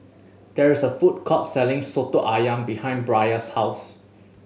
there is a food court selling Soto Ayam behind Bria's house